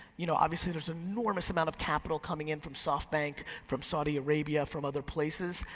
you know, obviously there's enormous amount of capital coming in from soft bank, from saudi arabia, from other places,